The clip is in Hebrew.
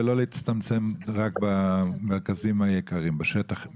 ולא להצטמצם רק בשטחים היקרים.